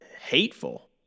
hateful